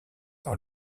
par